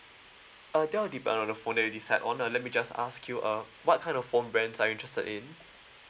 uh that will depend on the phone that you decide on let me just ask you uh what kind of phone brands are you interested in